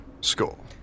School